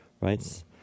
right